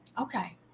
Okay